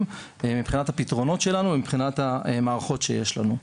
מבחינת המטרות שלנו ומבחינת המערכות שיש לנו,